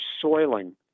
soiling